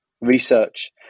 research